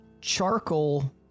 charcoal